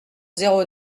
zéro